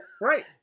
Right